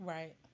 Right